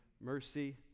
mercy